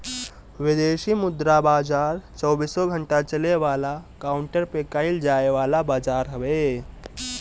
विदेशी मुद्रा बाजार चौबीसो घंटा चले वाला काउंटर पे कईल जाए वाला बाजार हवे